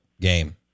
game